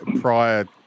prior